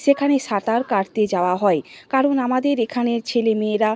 সেখানে সাঁতার কাটতে যাওয়া হয় কারণ আমাদের এখানের ছেলে মেয়েরা